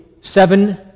seven